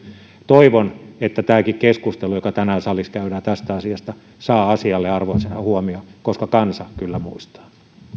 toivon että tämäkin keskustelu joka tänään salissa käydään tästä asiasta saa asian arvoisen huomion koska kansa kyllä muistaa